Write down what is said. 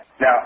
Now